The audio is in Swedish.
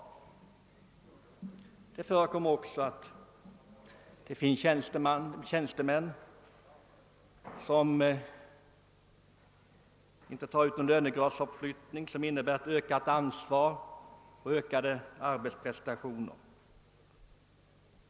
Det förekommer också att tjänstemän avstår från lönegradsuppflyttningar, d.v.s. befordran till högre tjänst, som innebär ökat ansvar och krav på ökade arbetsprestationer.